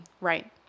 Right